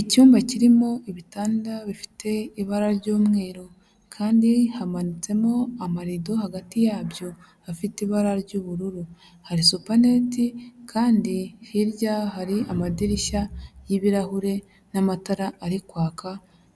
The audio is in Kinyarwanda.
Icyumba kirimo ibitanda bifite ibara ry'umweru kandi hamanitsemo amarido hagati yabyo afite ibara ry'ubururu. Hari supaneti kandi hirya hari amadirishya y'ibirahure, n'amatara ari kwaka